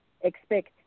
expect